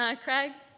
um craig,